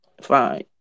Fine